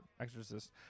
exorcist